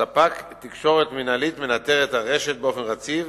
ספק תקשורת מינהלית מנטר את הרשת באופן רציף